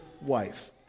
wife